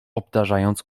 obdarzając